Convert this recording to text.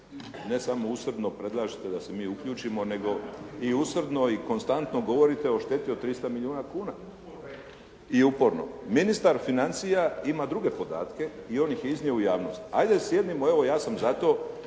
ne samo usrdno predlažete da se mi uključimo nego i usrdno i konstantno govorite o šteti od 300 milijuna kuna i uporno. Ministar financija ima druge podatke i on ih je iznio u javnosti. Ja sam za to,